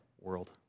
world